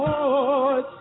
Lord